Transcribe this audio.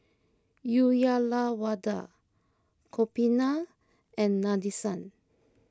Uyyalawada Gopinath and Nadesan